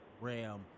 Ram